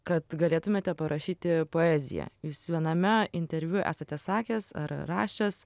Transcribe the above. kad galėtumėte parašyti poeziją jūs viename interviu esate sakęs ar rašęs